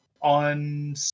on